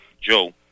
Joe